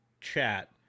chat